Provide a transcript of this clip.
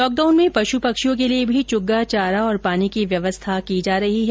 lockdown में पशु पक्षियों के लिए भी चुग्गा चारा और पानी की व्यवस्था की जा रही है